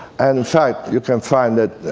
and fact, you can find that